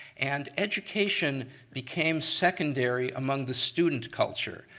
and education became secondary among the student culture.